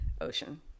Ocean